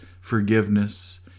forgiveness